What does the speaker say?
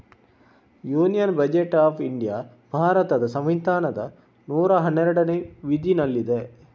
union budget of India ಭಾರತದ ಸಂವಿಧಾನದ ನೂರಾ ಹನ್ನೆರಡನೇ ವಿಧಿನಲ್ಲಿದೆ